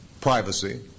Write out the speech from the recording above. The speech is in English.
privacy